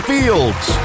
Fields